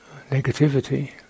negativity